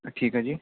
ਅ ਠੀਕ ਹੈ ਜੀ